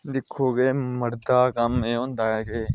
दिक्खो केह् मर्दे दा कम्म एह् होंदा कि